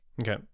Okay